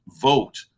vote